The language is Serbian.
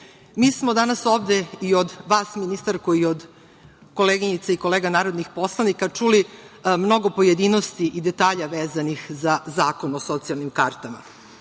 smo danas ovde i od vas ministarko i od koleginica i kolega narodnih poslanika čuli mnogo pojedinosti i detalja vezanih za zakon o socijalnim kartama,